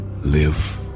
live